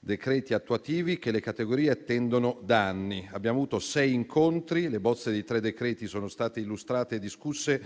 decreti attuativi che le categorie attendono da anni. Abbiamo avuto sei incontri; le bozze dei tre decreti sono state illustrate e discusse